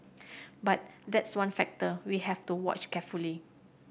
but that's one factor we have to watch carefully